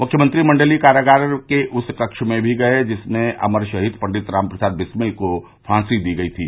मुख्यमंत्री मण्डलीय कारागार के उस कक्ष में भी गये जिसमें अमर शहीद पंडित राम प्रसाद बिस्मिल को फांसी दी गयी थी